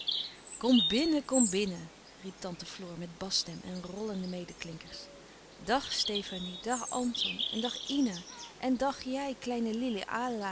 kom binnen kom maar binnen riep tante floor met basstem en rollende medeklinkers dag stefanie dag anton en dag ina en dag jij kleine lili